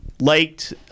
Liked